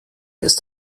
ist